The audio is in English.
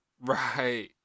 Right